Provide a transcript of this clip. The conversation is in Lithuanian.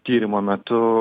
tyrimo metu